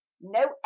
no